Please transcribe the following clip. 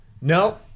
no